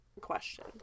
question